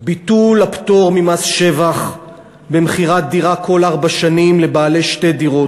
ביטול הפטור ממס שבח במכירת דירה כל ארבע שנים לבעלי שתי דירות,